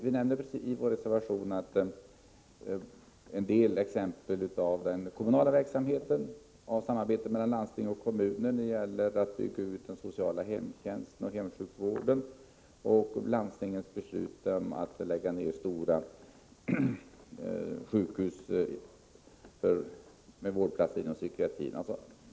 Vi nämner i vår reservation en del exempel ur den kommunala verksamheten på samarbete mellan landsting och kommuner när det gäller att bygga ut den sociala hemtjänsten och hemsjukvården och när det gäller landstingens beslut att lägga ned stora sjukhus med vårdplatser inom psykiatrin.